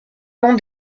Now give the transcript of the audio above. long